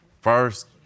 First